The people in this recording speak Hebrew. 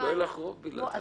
לא יהיה לך רוב בגלל זה.